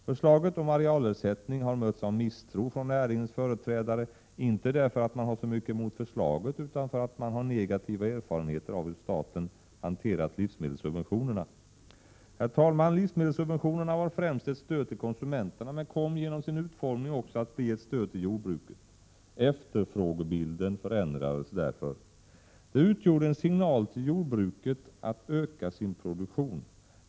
Förslaget om arealersättning har mötts av misstro från näringens företrädare — inte därför att man har så mycket emot förslaget utan för att man har negativa erfarenheter av hur staten hanterat livsmedelssubventionerna. Livsmedelssubventionerna var främst ett stöd till konsumenterna men kom genom sin utformning också att bli ett stöd till jordbruket. Efterfrågebil den förändrades. Det utgjorde en signal till jordbruket att öka sin produk = Prot. 1987/88:134 tion.